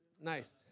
nice